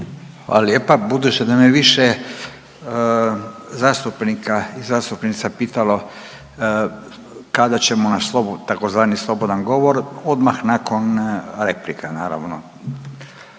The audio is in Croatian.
Hvala lijepa. Budući da me više zastupnika i zastupnica pitalo kada ćemo na tzv. slobodan govor, odmah nakon replika naravno